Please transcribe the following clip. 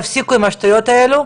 תפסיקו עם השטויות האלה,